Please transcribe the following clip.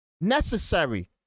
necessary